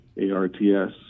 A-R-T-S